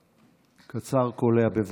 קצר וקולע, בבקשה.